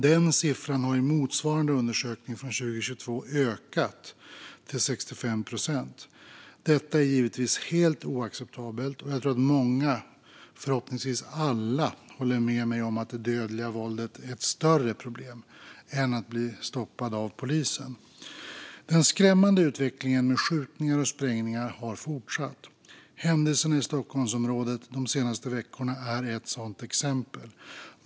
Den siffran har i motsvarande undersökning från 2022 ökat till 65 procent. Detta är givetvis helt oacceptabelt, och jag tror att många - förhoppningsvis alla - håller med mig om att det dödliga våldet är ett större problem än att bli stoppad av polisen. Den skrämmande utvecklingen med skjutningar och sprängningar har fortsatt. Händelserna i Stockholmsområdet de senaste veckorna är ett sådant exempel.